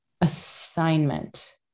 assignment